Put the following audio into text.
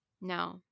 No